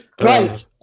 Right